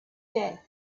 death